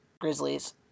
Grizzlies